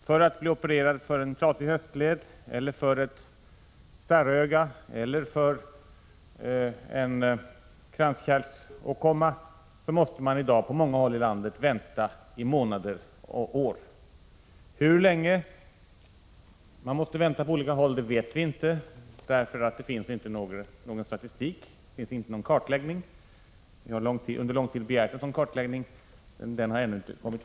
För att bli opererad för en trasig höftled, för ett starröga eller för en kranskärlsåkomma måste man i dag på många håll i landet vänta i månader och år. Hur länge man måste vänta på olika håll vet vi inte — det finns inte någon statistik eller kartläggning. Vi har under lång tid begärt att få en kartläggning, men någon sådan har ännu inte framkommit.